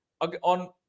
on